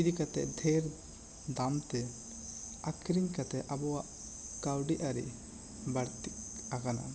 ᱤᱫᱤ ᱠᱟᱛᱮ ᱰᱷᱮᱨ ᱫᱟᱢ ᱛᱮ ᱟᱠᱷᱨᱤᱧ ᱠᱟᱛᱮ ᱟᱵᱚᱣᱟᱜ ᱠᱟᱹᱣᱰᱤ ᱟᱹᱨᱤ ᱵᱟᱹᱲᱛᱤ ᱟᱠᱟᱱᱟ